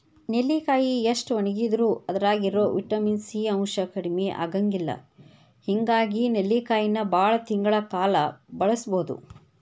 ನೆಲ್ಲಿಕಾಯಿ ಎಷ್ಟ ಒಣಗಿದರೂ ಅದ್ರಾಗಿರೋ ವಿಟಮಿನ್ ಸಿ ಅಂಶ ಕಡಿಮಿ ಆಗಂಗಿಲ್ಲ ಹಿಂಗಾಗಿ ನೆಲ್ಲಿಕಾಯಿನ ಬಾಳ ತಿಂಗಳ ಕಾಲ ಬಳಸಬೋದು